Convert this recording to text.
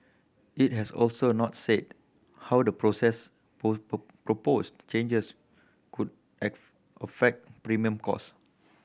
it has also not said how the process proposed changes could affect premium cost